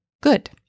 good